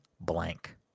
Blank